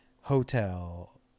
Hotel